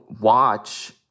watch